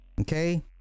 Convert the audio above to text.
okay